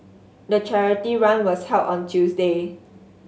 the charity run was held on Tuesday